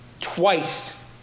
twice